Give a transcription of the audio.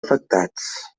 afectats